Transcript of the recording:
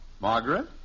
Margaret